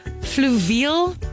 fluvial